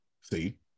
see